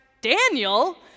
Daniel